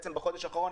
בחודש האחרון,